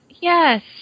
Yes